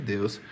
Deus